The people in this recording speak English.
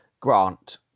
Grant